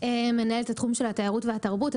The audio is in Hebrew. מנהלת התחום של התיירות והתרבות.